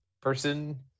person